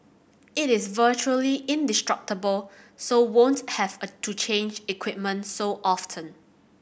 it is virtually indestructible so won't have to change equipment so often